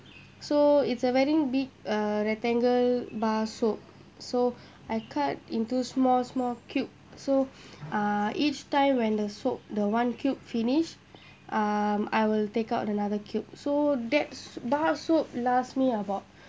so it's a very big uh rectangle bar soap so I cut into small small cube so uh each time when the soap the one cube finish um I will take out another cube so that bar soap last me about